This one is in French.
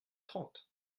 trente